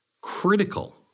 critical